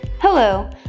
Hello